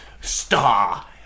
star